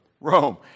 Rome